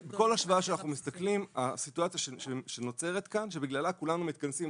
השוואה שאנחנו מסתכלים הסיטואציה שנוצרת כאן שבגללה כולנו מתכנסים,